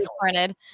printed